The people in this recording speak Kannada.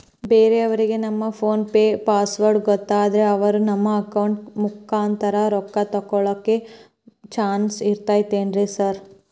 ಬೇರೆಯವರಿಗೆ ನಮ್ಮ ಫೋನ್ ಪೆ ಪಾಸ್ವರ್ಡ್ ಗೊತ್ತಾದ್ರೆ ಅವರು ನಮ್ಮ ಅಕೌಂಟ್ ಮುಖಾಂತರ ರೊಕ್ಕ ತಕ್ಕೊಳ್ಳೋ ಚಾನ್ಸ್ ಇರ್ತದೆನ್ರಿ ಸರ್?